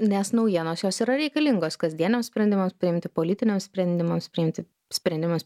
nes naujienos jos yra reikalingos kasdieniams sprendimams priimti politiniams sprendimams priimti sprendimams